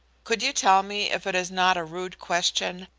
could you tell me, if it is not a rude question,